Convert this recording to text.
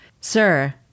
sir